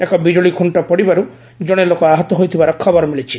ଏକ ବିଜୁଳି ଖୁଷ୍ଟ ପଡ଼ିବାରୁ ଜଣେ ଲୋକ ଆହତ ହୋଇଥିବାର ଖବର ମିଳିଛି